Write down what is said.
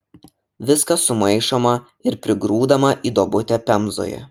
viskas sumaišoma ir prigrūdama į duobutę pemzoje